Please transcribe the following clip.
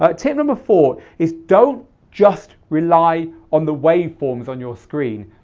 ah tip number four is don't just rely on the waveforms on your screen,